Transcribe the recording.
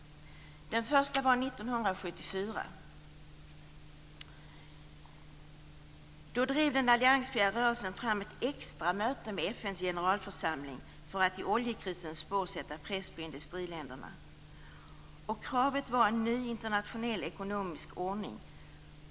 Det första var 1974. Då drev den alliansfria rörelsen fram ett extra möte med FN:s generalförsamling för att i oljekrisens spår sätta press på industriländerna. Kravet var en ny internationell ekonomisk ordning.